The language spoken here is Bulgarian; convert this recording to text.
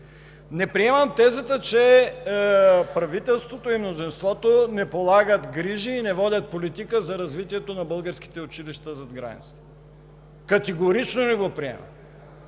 Не приемам тезата, че правителството и мнозинството не полагат грижи и не водят политика за развитието на българските училища зад граница. Категорично не я приемам!